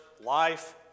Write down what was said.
life